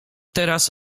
teraz